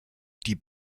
die